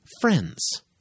Friends